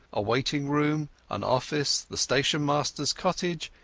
a waiting-room, an office, the station-masteras cottage,